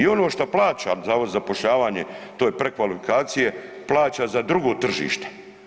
I ono šta plaćam zavodu za zapošljavanje, to je prekvalifikacije, plaća za drugo tržište.